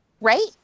Right